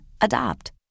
Adopt